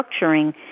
structuring